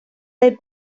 del